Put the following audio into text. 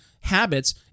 habits